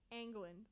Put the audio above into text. England